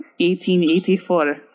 1884